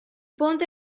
ponte